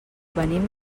venim